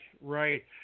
right